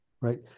right